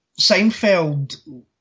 Seinfeld